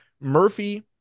Murphy